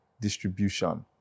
distribution